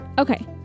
Okay